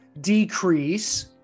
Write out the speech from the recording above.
decrease